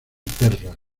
perlas